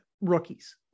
rookies